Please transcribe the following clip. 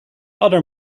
other